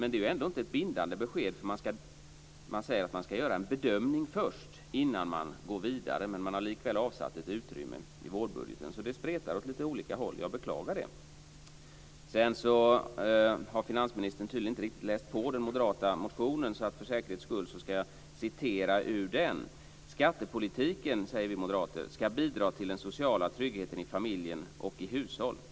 Men det är inte ett bindande besked, för man säger att man ska göra en bedömning först innan man går vidare. Men man har likväl avsatt ett utrymme i vårbudgeten. Det spretar åt olika håll. Jag beklagar det. Finansministern har tydligen inte läst på den moderata motionen riktigt, så jag ska för säkerhets skull citera ur den: "Skattepolitiken skall bidra till den sociala tryggheten i familjer och i hushåll.